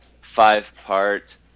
five-part